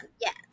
Yes